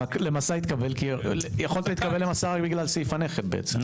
ל"מסע", רק בגלל סעיף הנכד בעצם.